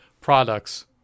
products